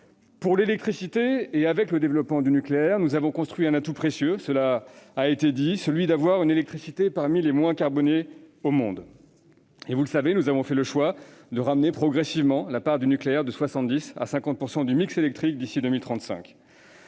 Pour l'électricité, avec le développement du nucléaire, comme cela a été rappelé, nous avons construit un atout précieux : celui d'avoir une électricité parmi les moins carbonées au monde. Comme vous le savez, nous avons fait le choix de ramener progressivement la part du nucléaire de 70 % à 50 % du mix électrique d'ici à 2035.